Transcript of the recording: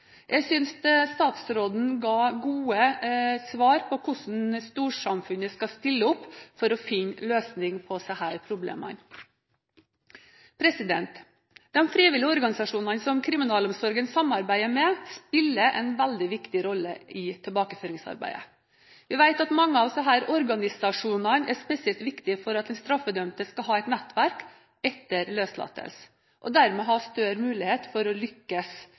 Jeg synes statsråden ga gode svar på hvordan storsamfunnet skal stille opp for å finne løsninger på disse problemene. De frivillige organisasjonene som kriminalomsorgen samarbeider med, spiller en veldig viktig rolle i tilbakeføringsarbeidet. Vi vet at mange av disse organisasjonene er spesielt viktige for at den straffedømte skal ha et nettverk etter løslatelse, og dermed ha større mulighet for å lykkes